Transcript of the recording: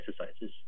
exercises